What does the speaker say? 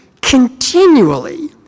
continually